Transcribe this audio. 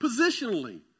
Positionally